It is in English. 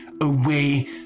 away